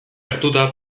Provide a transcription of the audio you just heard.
hartuta